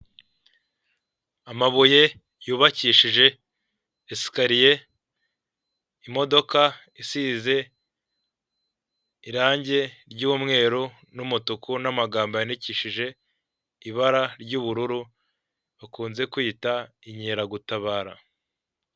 Amabuye yubakishije esikariye, imodoka isize irange ry'umweru n'umutuku; n'amagambo yandikishije ibara ry'ubururu, dukunze kwita inkeragutabara.